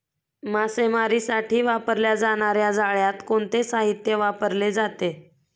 मासेमारीसाठी वापरल्या जाणार्या जाळ्यात कोणते साहित्य वापरले जाते?